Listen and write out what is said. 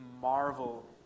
marvel